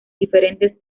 diferentes